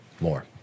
more